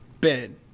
Ben